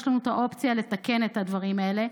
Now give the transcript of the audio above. יש לנו את האופציה לתקן את הדברים האלה.